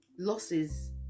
Losses